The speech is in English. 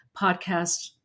podcast